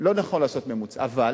לא נכון לעשות ממוצע, אבל